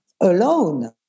alone